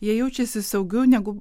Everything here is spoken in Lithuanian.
jie jaučiasi saugiau negu